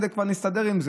כבר נסתדר עם זה.